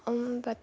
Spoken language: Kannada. ಒಂಬತ್ತು